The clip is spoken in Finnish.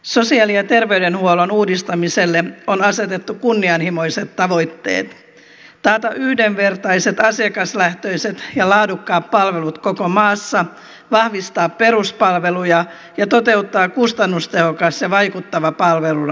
sosiaali ja terveydenhuollon uudistamiselle on asetettu kunnianhimoiset tavoitteet taata yhdenvertaiset asiakaslähtöiset ja laadukkaat palvelut koko maassa vahvistaa peruspalveluja ja toteuttaa kustannustehokas ja vaikuttava palvelurakenne